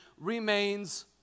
remains